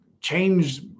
change